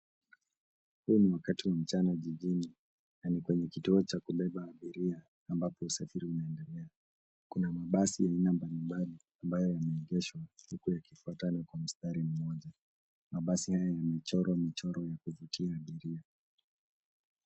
Huu ni wakati wa mchana jijini na ni kwenye kituo cha kubeba abiria ambapo usafiri unaendelea. Kuna mabasi ya aina mbalimbali ambayo yameegeshwa huku yakifuatana kwa mstari mmoja. Mabasi haya yamechorwa michoro ya kuvutia abiria.